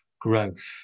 growth